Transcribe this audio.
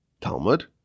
Talmud